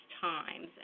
times